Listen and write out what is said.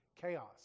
chaos